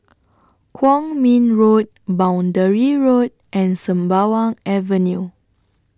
Kwong Min Road Boundary Road and Sembawang Avenue